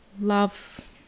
love